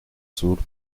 sur